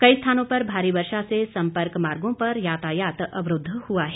कई स्थानों पर भारी वर्षा से संपर्क मार्गो पर यातायात अवरूद्ध हुआ है